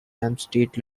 hampstead